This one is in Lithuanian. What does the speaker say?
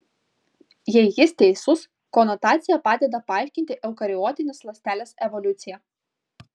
jei jis teisus konotacija padeda paaiškinti eukariotinės ląstelės evoliuciją